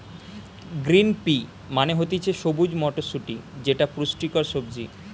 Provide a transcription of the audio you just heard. green pea মানে হতিছে সবুজ মটরশুটি যেটা পুষ্টিকর সবজি